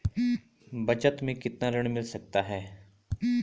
बचत मैं कितना ऋण मिल सकता है?